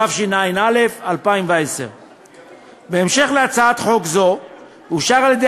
התשע"א 2010. בהמשך להצעת חוק זו אושר על-ידי